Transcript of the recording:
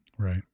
Right